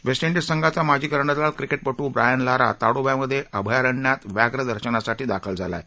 waste डिंज संघाचा माजी कर्णधार क्रिकेटपटू ब्रायन लारा ताडोब्यात अभयारण्यात व्याघ्र दर्शनासाठी दाखल झाला आहे